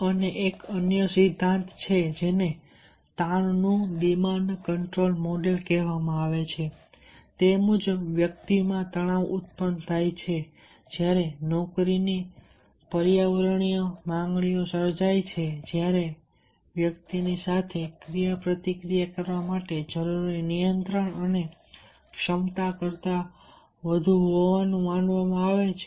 અને એક અન્ય સિદ્ધાંત છે જેને તાણનું ડિમાન્ડ કંટ્રોલ મોડલ કહેવામાં આવે છે તે મુજબ વ્યક્તિમાં તણાવ ઉત્પન્ન થાય છે જ્યારે નોકરીની પર્યાવરણીય માંગણીઓ સમજાય છે જ્યારે વ્યક્તિની સાથે ક્રિયાપ્રતિક્રિયા કરવા માટે જરૂરી નિયંત્રણ અને ક્ષમતા કરતાં વધુ હોવાનું માનવામાં આવે છે